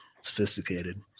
sophisticated